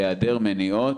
בהיעדר מניעות,